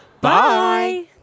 Bye